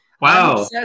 Wow